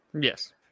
Yes